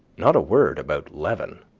not a word about leaven.